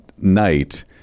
night